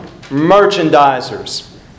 merchandisers